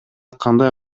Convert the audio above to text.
кандай